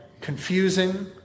confusing